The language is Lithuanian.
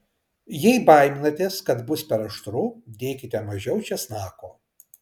jei baiminatės kad bus per aštru dėkite mažiau česnako